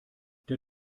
der